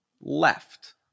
left